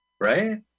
right